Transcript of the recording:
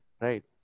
right